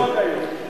לא היה לנו חוק היום.